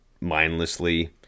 mindlessly